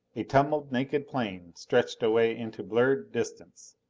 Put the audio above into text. a tumbled naked plain stretched away into blurred distance.